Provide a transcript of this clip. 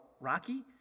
Rocky